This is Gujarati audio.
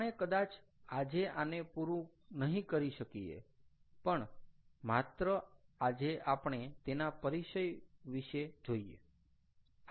આપણે કદાચ આજે આને પૂરું નહીં કરી શકીએ પણ માત્ર આજે આપણે એના પરિચય વિશે જોઈએ